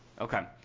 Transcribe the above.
Okay